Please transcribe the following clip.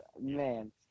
man